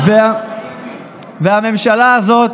והממשלה הזאת,